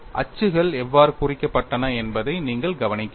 அச்சுகள் எவ்வாறு குறிக்கப்பட்டன என்பதை நீங்கள் கவனிக்க வேண்டும்